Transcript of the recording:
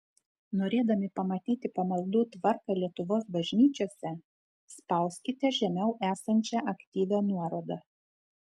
norėdami pamatyti pamaldų tvarką lietuvos bažnyčiose spauskite žemiau esančią aktyvią nuorodą